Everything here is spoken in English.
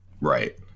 Right